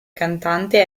cantante